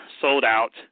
sold-out